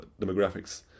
demographics